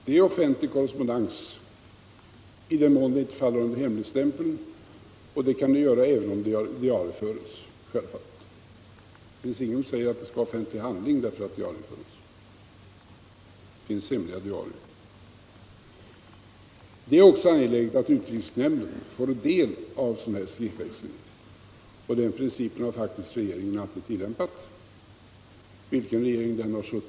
Det är offentlig korrespondens i den mån den inte faller under hemligstämpeln, och det kan den självfallet göra även om den diarieföres. Det finns ingenting som säger att det är fråga om offentlig handling därför att den diarieföres —- det finns hemliga diarier. Den andra bristen jag vill påtala är att utrikesnämnden inte fått del av denna skriftväxling. Det är angeläget att utrikesnämnden får del av 69 sådan här korrespondens. Den principen har faktiskt regeringen alltid tillämpat, vilken regering det än har varit.